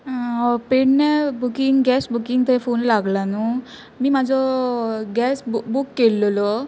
पेडण्यां booking gas booking थंय phone लागला न्हूी मी म्हाजो गॅस बू बूक केल्ललो